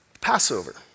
Passover